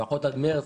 לפחות עד מרץ,